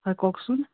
হয় কওকচোন